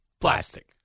Plastic